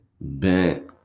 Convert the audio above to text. bent